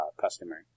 customer